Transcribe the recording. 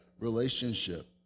relationship